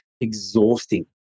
exhausting